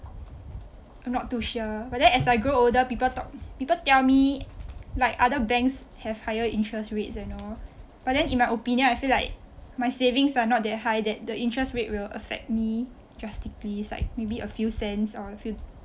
I'm not too sure but then as I grow older people talk people tell me like other banks have higher interest rates and all but then in my opinion I feel like my savings are not that high that the interest rate will affect me drastically is like maybe a few cents or a few